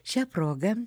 šia proga